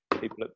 people